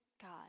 God